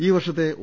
ഈ വർഷത്തെ ഒ